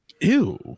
Ew